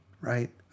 right